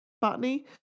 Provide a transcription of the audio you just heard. botany